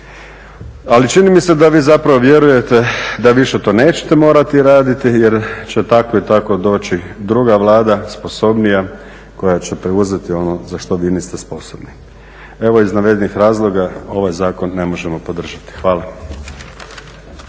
Ali čini mi se da vi zapravo vjerujete da više to nećete morati raditi jer će tak i tako doći druga Vlada, sposobnija koja će preuzeti ono za što vi niste sposobni. Evo, iz navedenih razloga ovaj zakon ne možemo podržati. Hvala.